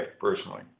personally